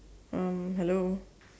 um hello